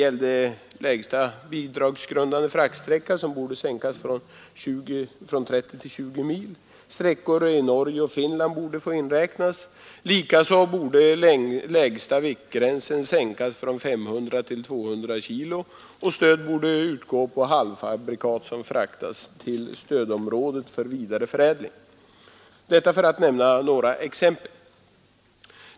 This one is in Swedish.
Lägsta bidragsgrundande fraktsträcka borde sänkas från 30 till 20 mil, sträckor i Norge och Finland borde inräknas, likaså borde lägsta viktgränsen sänkas från 500 kg till 200 kg, och stöd borde utgå på halvfabrikat som fraktas till stödområdet för vidare förädling — för att nämna några exempel.